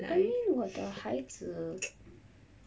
I mean 我的孩子